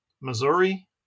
Missouri